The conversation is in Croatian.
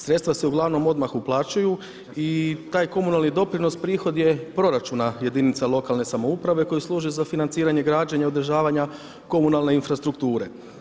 Sredstva se uglavnom odmah uplaćuju i taj komunalni doprinos prihod je proračuna jedinica lokalne samouprave koje služe za financiranje građenja, održavanja komunalne infrastrukture.